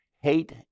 hate